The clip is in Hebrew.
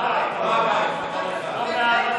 לא מאהבת מרדכי.